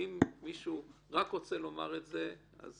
אם מישהו רק רוצה לומר את זה אז